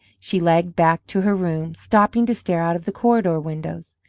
she lagged back to her room, stopping to stare out of the corridor windows.